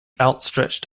outstretched